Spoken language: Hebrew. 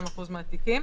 מהתיקים.